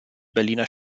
berliner